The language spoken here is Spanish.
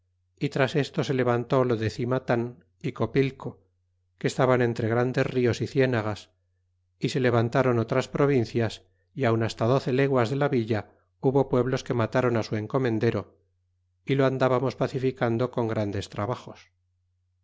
y tras esto se levantó lo de cimatan y copaco que estaban entre grandes nos y cienagas y se levantaron otras provincias y aun hasta doce leguas de la villa hubo pueblos que matron su encornendero y lo andábamos pacificando con grandes trabajos y